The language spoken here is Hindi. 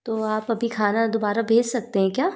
तो आप अभी खाना दोबारा भेज सकते हैं क्या